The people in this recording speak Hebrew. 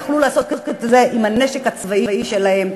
יכלו לעשות את זה עם הנשק הצבאי שלהם.